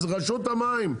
אז רשות המים.